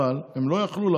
אבל כל הכבוד,